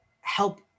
help